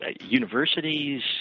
universities